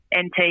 NT